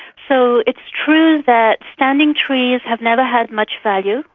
so it's true that standing trees have never had much value.